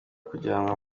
kujyanwa